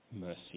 mercy